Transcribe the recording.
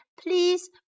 please